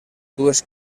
dues